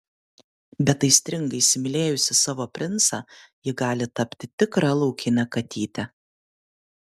bet aistringai įsimylėjusi savo princą ji gali tapti tikra laukine katyte